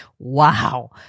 Wow